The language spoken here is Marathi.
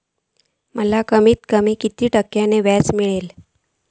माका कमीत कमी कितक्या टक्क्यान व्याज मेलतला?